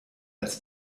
als